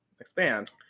Expand